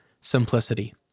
simplicity